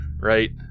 right